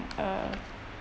uh